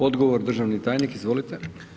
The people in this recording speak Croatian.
Odgovor državni tajnik, izvolite.